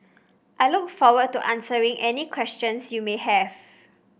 I look forward to answering any questions you may have